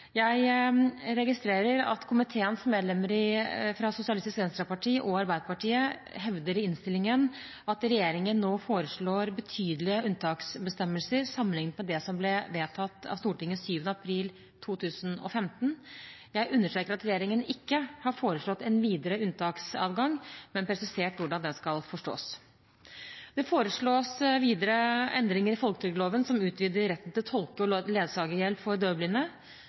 Jeg registrerer at komiteens medlemmer fra Sosialistisk Venstreparti og Arbeiderpartiet i innstillingen hevder at regjeringen nå foreslår betydelige unntaksbestemmelser sammenlignet med det som ble vedtatt av Stortinget 7. april 2015. Jeg understreker at regjeringen ikke har foreslått en videre unntaksadgang, men presisert hvordan den skal forstås. Det foreslås videre endringer i folketrygdloven som utvider retten til tolke- og ledsagerhjelp for